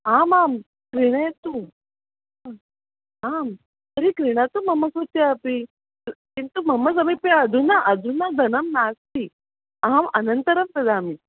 आमां क्रीणयतु आं तर्हि क्रीणातु मम कृते अपि किन्तु मम समीपे अदुना अधुना धनं नास्ति अहम् अनन्तरं ददामि